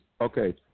Okay